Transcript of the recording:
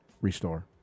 restore